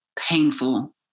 painful